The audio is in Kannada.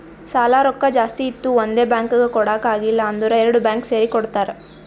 ಸಾಲಾ ರೊಕ್ಕಾ ಜಾಸ್ತಿ ಇತ್ತು ಒಂದೇ ಬ್ಯಾಂಕ್ಗ್ ಕೊಡಾಕ್ ಆಗಿಲ್ಲಾ ಅಂದುರ್ ಎರಡು ಬ್ಯಾಂಕ್ ಸೇರಿ ಕೊಡ್ತಾರ